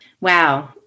Wow